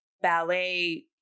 ballet